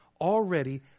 already